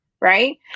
right